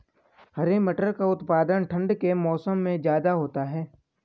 हरे मटर का उत्पादन ठंड के मौसम में ज्यादा होता है